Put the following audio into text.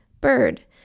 bird